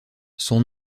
son